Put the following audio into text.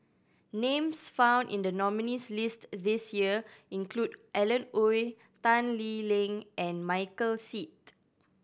names found in the nominees' list this year include Alan Oei Tan Lee Leng and Michael Seet